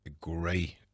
great